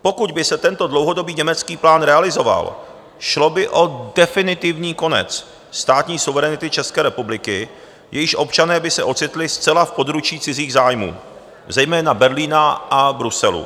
Pokud by se tento dlouhodobý německý plán realizoval, šlo by o definitivní konec státní suverenity České republiky, jejíž občané by se ocitli zcela v područí cizích zájmů, zejména Berlína a Bruselu.